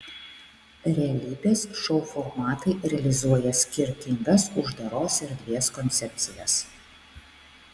realybės šou formatai realizuoja skirtingas uždaros erdvės koncepcijas